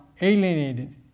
alienated